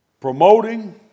promoting